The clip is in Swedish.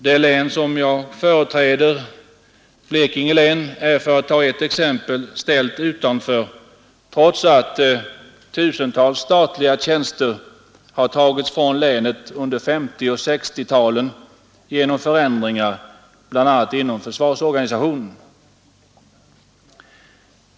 Det län som jag företräder, Blekinge län, är för att ta ett exempel ställt utanför, trots att tusentals statliga tjänster har tagits från länet under 1950 och 1960-talen genom förändringar bl.a. inom försvarsorganisationen.